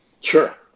Sure